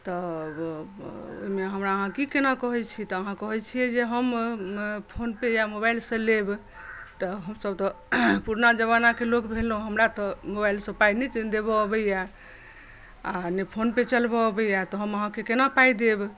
तऽ ओहिमे हमरा अहाँ की केना कहै छी तऽ अहाँ कहै छियै जे हम फोन पे या मोबाइल से लेब तऽ हमसभ तऽ पुरना जमानाकेँ लोक भेलहुँ हमरा तऽ मोबाइल से पाई नहि देबऽ अबैया आ नहि फोन पे चलबऽ अबैया तऽ हम अहाँकेँ केना पाई देब